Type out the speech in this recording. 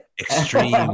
Extreme